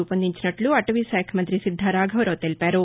రూపొందించినట్లు అటవీశాఖ మంగ్రి శిద్దా రాఘవరావు తెలిపారు